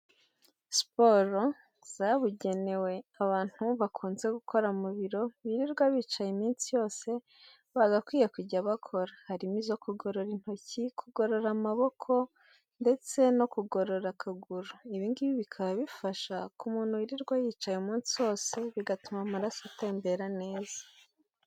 Siporo zabugenewe abantu bakunze gukora mu biro birirwa bicaye iminsi yose bagakwiye kujya bakora, harimo izo kugorora intoki, kugorora amaboko ndetse no kugorora akaguru, ibi ngibi bikaba bifasha ku muntu wirirwa yicaye umunsi wose bigatuma amaraso atembera neza.